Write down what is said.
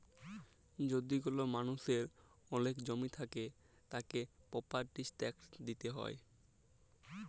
যদি কল মালুষের ওলেক জমি থাক্যে, তাকে প্রপার্টির ট্যাক্স দিতে হ্যয়